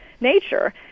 nature